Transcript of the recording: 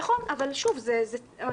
נכון, אבל שוב זה ---.